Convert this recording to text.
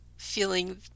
feeling